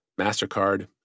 MasterCard